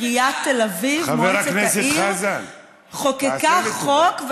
בבית המחוקקים,